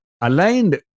aligned